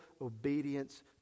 obedience